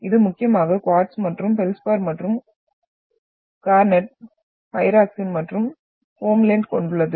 இது முக்கியமாக குவார்ட்ஸ் மற்றும் ஃபெல்ட்ஸ்பார் மற்றும் கார்னெட் பைராக்ஸீன் மற்றும் ஹோம்லெண்ட் கொண்டுள்ளது